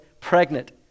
pregnant